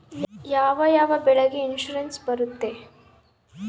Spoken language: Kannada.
ಯಾವ ಯಾವ ಬೆಳೆಗೆ ಇನ್ಸುರೆನ್ಸ್ ಬರುತ್ತೆ?